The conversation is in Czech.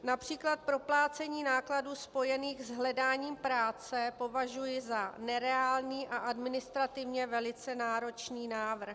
Například proplácení nákladů spojených s hledáním práce považuji za nereálný a administrativně velice náročný návrh.